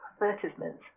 advertisements